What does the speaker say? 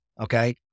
Okay